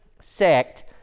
sect